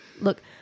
Look